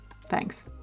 Thanks